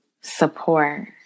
support